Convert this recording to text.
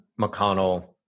McConnell